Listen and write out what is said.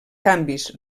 canvis